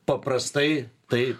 paprastai tai